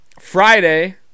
Friday